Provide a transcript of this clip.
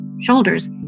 shoulders